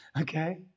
okay